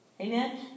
Amen